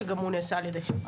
שגם הוא נעשה על ידי שב"ח.